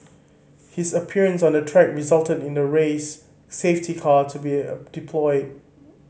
his appearance on the track resulted in the race safety car to be deployed